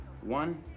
one